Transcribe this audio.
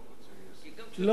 הציבור,